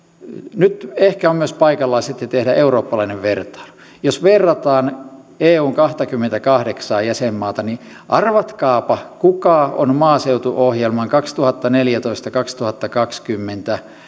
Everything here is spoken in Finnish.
nyt ehkä on myös paikallaan sitten tehdä eurooppalainen vertailu jos verrataan eun kahtakymmentäkahdeksaa jäsenmaata niin arvatkaapa kuka on maaseutuohjelman kaksituhattaneljätoista viiva kaksituhattakaksikymmentä